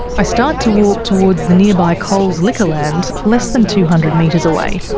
i start to walk towards the nearby coles liquorland, less than two hundred metres away.